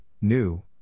new